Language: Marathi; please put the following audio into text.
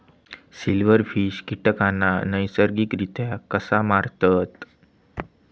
सिल्व्हरफिश कीटकांना नैसर्गिकरित्या कसा मारतत?